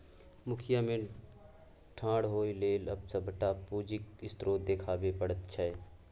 मुखिया मे ठाढ़ होए लेल अपन सभटा पूंजीक स्रोत देखाबै पड़ैत छै